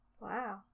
Wow